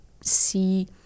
see